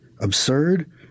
absurd